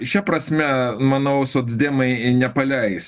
šia prasme manau socdemai nepaleis